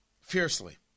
fiercely